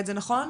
בבקשה.